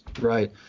Right